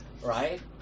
Right